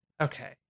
Okay